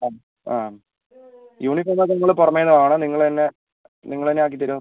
അ uniform ഒക്കെ നിങ്ങൾ പുറമേ നിന്നാണോ വാങ്ങണത് നിങ്ങൾ തന്നെ നിങ്ങൾ തന്നെ ആക്കി തരുമോ